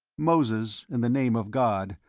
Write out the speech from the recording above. moses, in the name of god,